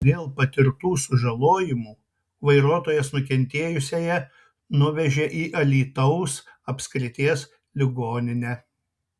dėl patirtų sužalojimų vairuotojas nukentėjusiąją nuvežė į alytaus apskrities ligoninę